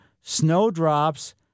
snowdrops